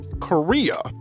Korea